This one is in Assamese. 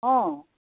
অঁ